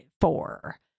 four